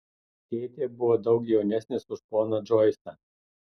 tėtė buvo daug jaunesnis už poną džoisą